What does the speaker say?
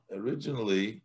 originally